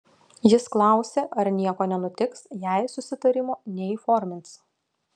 jis klausė ar nieko nenutiks jei susitarimo neįformins